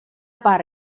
part